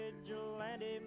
vigilante